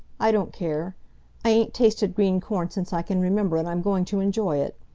i don't care. i ain't tasted green corn since i can remember, and i'm going to enjoy it.